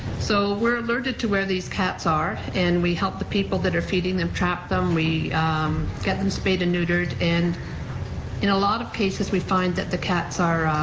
so we're alerted to where these cats are and we help the people that are feeding them trap them, we get them spayed and neutered, and in a lot of cases we find that the cats are,